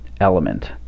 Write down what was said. element